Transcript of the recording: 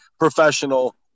professional